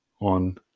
on